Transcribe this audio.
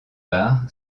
bar